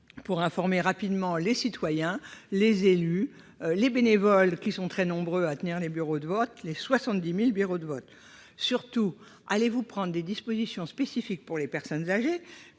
pour informer rapidement les citoyens, les élus et les bénévoles, très nombreux, qui tiennent les 70 000 bureaux de vote ? Surtout, allez-vous prendre des dispositions spécifiques pour les personnes âgées ?